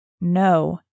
no